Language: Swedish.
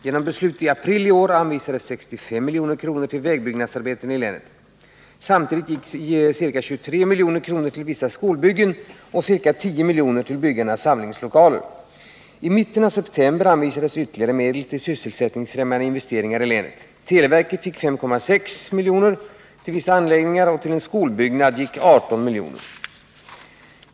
Genom beslut i april i år n I mitten av september anvisades ytterligare medel till sysselsättningsfrämjande investeringar i länet. Televerket fick 5,6 milj.kr. till vissa anläggningar, och till en skolbyggnad i länet gick 18 milj.kr.